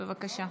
בבקשה.